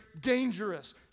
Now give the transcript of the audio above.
dangerous